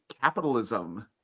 capitalism